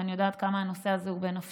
ואני יודעת עד כמה הנושא הזה הוא בנפשך.